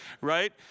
right